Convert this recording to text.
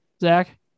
Zach